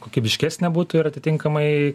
kokybiškesnė būtų ir atitinkamai